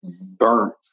burnt